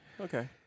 Okay